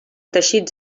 teixits